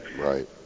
Right